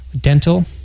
dental